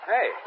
Hey